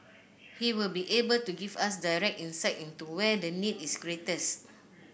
he will be able to give us direct insight into where the need is greatest